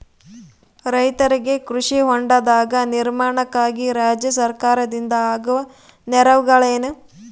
ರೈತರಿಗೆ ಕೃಷಿ ಹೊಂಡದ ನಿರ್ಮಾಣಕ್ಕಾಗಿ ರಾಜ್ಯ ಸರ್ಕಾರದಿಂದ ಆಗುವ ನೆರವುಗಳೇನು?